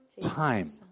time